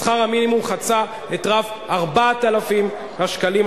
שכר המינימום חצה את רף ה-4,000 שקלים.